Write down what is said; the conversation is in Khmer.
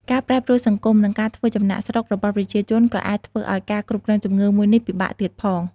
ការប្រែប្រួលសង្គម និងការធ្វើចំណាកស្រុករបស់ប្រជាជនក៏អាចធ្វើឱ្យការគ្រប់គ្រងជំងឺមួយនេះពិបាកទៀតផង។